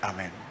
Amen